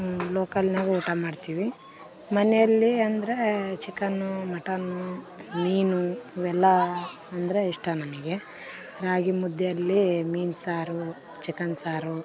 ಲೋಕಲ್ನ್ಯಾಗ ಊಟ ಮಾಡ್ತೀವಿ ಮನೆಯಲ್ಲಿ ಅಂದರೆ ಚಿಕನ್ನು ಮಟನ್ನು ಮೀನು ಇವೆಲ್ಲ ಅಂದರೆ ಇಷ್ಟ ನಮಗೆ ರಾಗಿ ಮುದ್ದೆಯಲ್ಲಿ ಮೀನು ಸಾರು ಚಿಕನ್ ಸಾರು